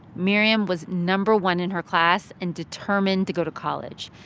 miriam was number one in her class and determined to go to college.